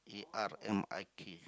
A R M I K